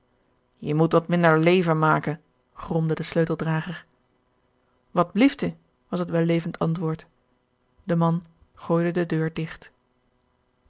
je moet wat minder leven maken gromde de sleuteldrager wat blieft u was het wellevend antwoord de man gooide de deur digt